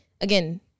again